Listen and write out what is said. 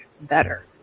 better